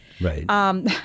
Right